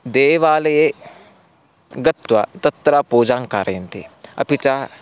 देवालये गत्वा तत्र पूजां कारयन्ति अपि च